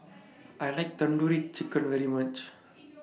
I like Tandoori Chicken very much